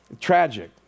Tragic